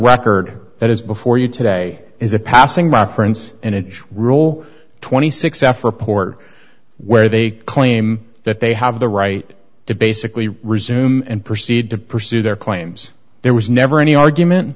record that is before you today is a passing reference and it is rule twenty six f report where they claim that they have the right to basically resume and proceed to pursue their claims there was never any argument